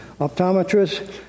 optometrists